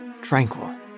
tranquil